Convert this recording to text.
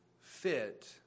fit